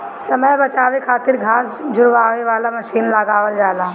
समय बचावे खातिर घास झुरवावे वाला मशीन लगावल जाला